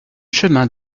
chemin